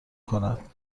کند